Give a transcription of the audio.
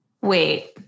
Wait